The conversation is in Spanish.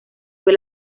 fue